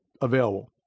available